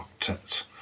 Octet